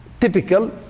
Typical